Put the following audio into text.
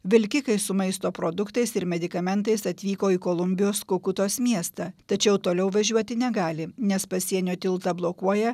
vilkikai su maisto produktais ir medikamentais atvyko į kolumbijos kukutos miestą tačiau toliau važiuoti negali nes pasienio tiltą blokuoja